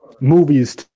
movies